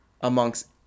amongst